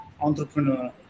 entrepreneur